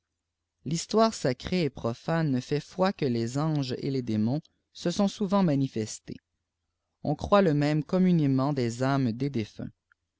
l'histoire sacrée et profane fait foi que les anges et les démons se sont souvent manifestés on croit le même communément des âmes des défunts